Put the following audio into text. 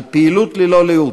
על פעילות ללא לאות,